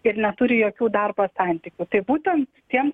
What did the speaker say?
ir neturi jokių darbo santykių tai būtent tiems